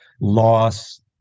loss